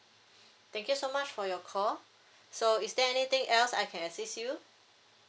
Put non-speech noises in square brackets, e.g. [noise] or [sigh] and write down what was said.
[breath] thank you so much for your call [breath] so is there anything else I can assist you